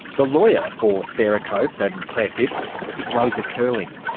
the lawyer for sarah cope and clare phipps is rosa curling.